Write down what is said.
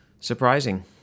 Surprising